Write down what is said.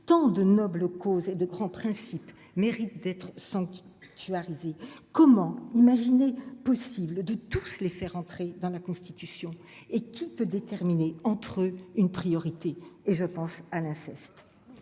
tant de nobles causes et de grands principes, mérite d'être sans je suis arrivé, comment imaginer possible de tous les faire entrer dans la Constitution et qui peut déterminer entre une priorité et je pense à l'inceste